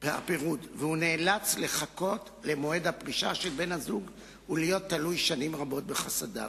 והוא נאלץ לחכות למועד הפרישה של בן-הזוג ולהיות תלוי שנים רבות בחסדיו.